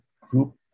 group